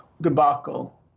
debacle